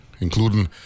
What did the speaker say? including